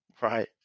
Right